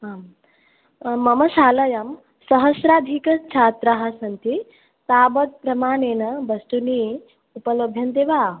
आं मम शालायां सहस्राधिकच्छात्राः सन्ति तावत् प्रमाणेन वस्तूनि उपलभ्यन्ते वा